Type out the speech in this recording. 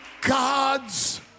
God's